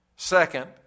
Second